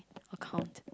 account